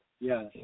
Yes